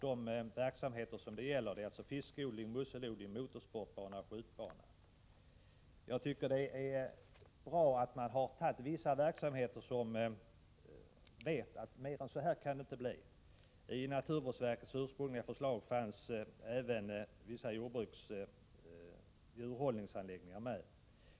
De verksamheter som det gäller är fiskodling, musselodling, motorsportbana och skjutbana. Jag tycker att det är bra att det finns vissa verksamheter där man vet att mer än så här kan det inte bli fråga om. I naturvårdsverkets ursprungliga förslag fanns även vissa djurhållningsanläggningar med.